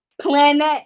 Planet